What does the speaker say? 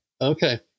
okay